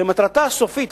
שמטרתה הסופית,